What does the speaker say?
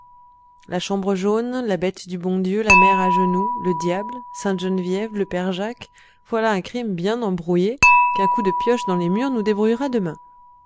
la chambre jaune la bête du bon dieu la mère agenoux le diable sainte geneviève le père jacques voilà un crime bien embrouillé qu'un coup de pioche dans les murs nous débrouillera demain